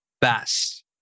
best